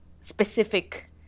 specific